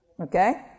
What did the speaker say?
Okay